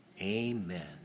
amen